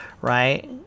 right